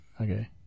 okay